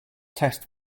test